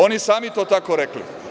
Oni sami su to tako rekli.